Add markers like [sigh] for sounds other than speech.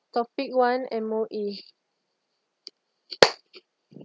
topic one M_O_E [noise]